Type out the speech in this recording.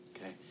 Okay